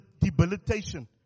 debilitation